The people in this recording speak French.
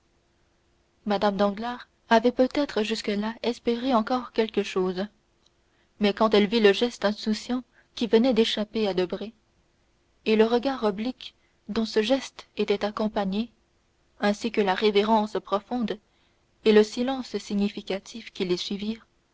mme danglars avait peut-être jusque-là espéré encore quelque chose mais quand elle vit le geste insouciant qui venait d'échapper à debray et le regard oblique dont ce geste était accompagné ainsi que la révérence profonde et le silence significatif qui les suivirent